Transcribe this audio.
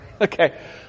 Okay